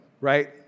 right